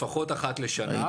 לפחות אחת לשנה.